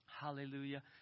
Hallelujah